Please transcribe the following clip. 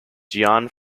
gian